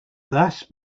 thus